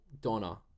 Donna